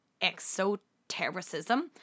exotericism